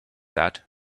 that